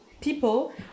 people